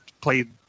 played